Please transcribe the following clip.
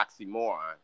oxymoron